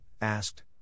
asked